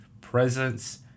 presence